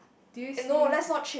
do you see